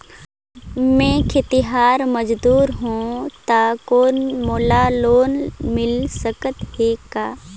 मैं खेतिहर मजदूर हों ता कौन मोला लोन मिल सकत हे का?